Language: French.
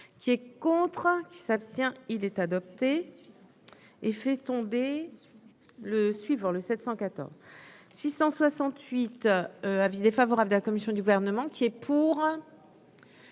qui est contraint qui s'abstient, il est adopté et fait tomber le suivant: le 714 668 avis défavorable de la commission du gouvernement qui est. Pour